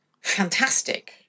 fantastic